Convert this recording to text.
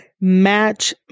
match